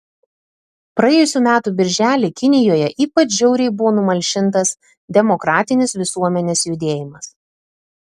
praėjusių metų birželį kinijoje ypač žiauriai buvo numalšintas demokratinis visuomenės judėjimas